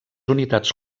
unitats